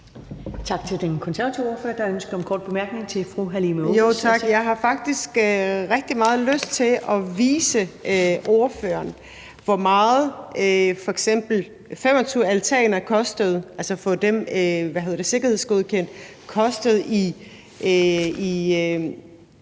Tak til den konservative ordfører. Der er ønske om en kort bemærkning fra fru Halime Oguz.